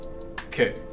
Okay